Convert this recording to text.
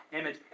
image